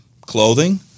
clothing